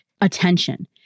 attention